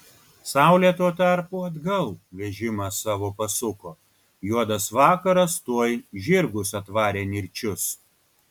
saulė tuo tarpu atgal vežimą savo pasuko juodas vakaras tuoj žirgus atvarė nirčius